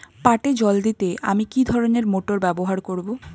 পাটে জল দিতে আমি কি ধরনের মোটর ব্যবহার করব?